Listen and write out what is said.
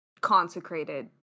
consecrated